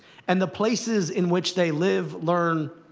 and the places in which they live, learn,